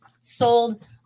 sold